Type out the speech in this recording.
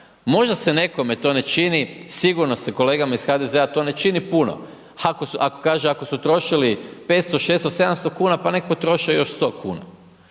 Možda se nekome to ne čini, sigurno se kolegama iz HDZ to ne čini puno, ako kaže, da su trošili 500, 600, 700 kn pa nek potroše još 100 kn.